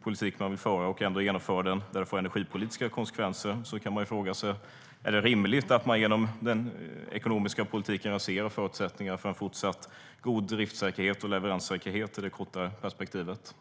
politik man vill föra och ändå genomför den, där det får energipolitiska konsekvenser. Då kan man fråga sig: Är det rimligt att man genom den ekonomiska politiken raserar förutsättningarna för en fortsatt god driftssäkerhet och leveranssäkerhet i det kortare perspektivet?